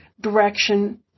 direction